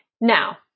Now